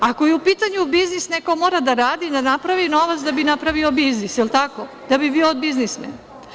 Ako je u pitanju biznis, neko mora da radi, da napravi novac da bi napravio biznis, da bi bio biznismen.